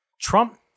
Trump